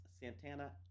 Santana